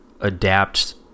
adapt